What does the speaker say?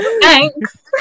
Thanks